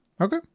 Okay